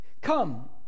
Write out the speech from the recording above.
Come